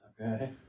Okay